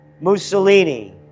Mussolini